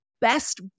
best